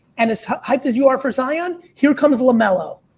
and as hyped as you are for zion, here comes lamelo.